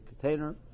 container